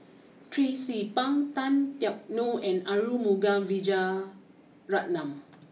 Tracie Pang Tan Teck Neo and Arumugam Vijiaratnam